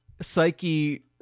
Psyche